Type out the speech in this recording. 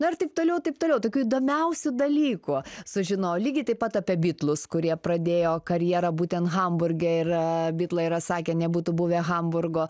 na ir taip toliau taip toliau tokių įdomiausių dalykų sužinau lygiai taip pat apie bitlus kurie pradėjo karjerą būtent hamburge ir bitlai yra sakę nebūtų buvę hamburgo